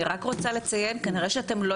אני רק רוצה לציין: כנראה שאתם לא